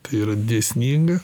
tai yra dėsninga